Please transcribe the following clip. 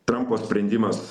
trampo sprendimas